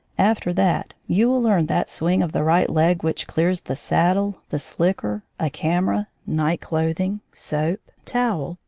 after that you will learn that swing of the right leg which clears the saddle, the slicker, a camera, night clothing, soap, towel,